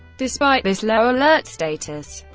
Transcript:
despite this low alert status,